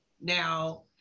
now